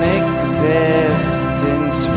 existence